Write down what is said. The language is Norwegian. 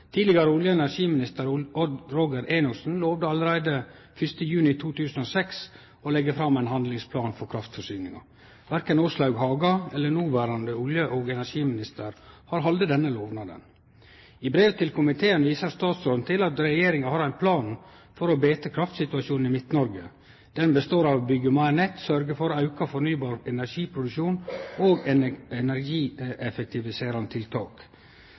Tidlegare olje- og energiminister Odd Roger Enoksen lovde allereie 1. juni 2006 å leggje fram ein handlingsplan for kraftforsyninga. Verken Åslaug Haga eller noverande olje- og energiminister har halde denne lovnaden. I brev til komiteen viser statsråden til at regjeringa har ein plan for å betre kraftsituasjonen i Midt-Noreg. Den består av å byggje meir nett, sørgje for auka fornybar energiproduksjon og energieffektiviserande tiltak.